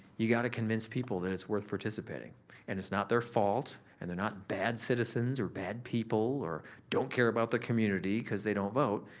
you gotta convince people that it's worth participating and it's not their fault and they're not bad citizens or bad people or don't care about the community cause they don't vote.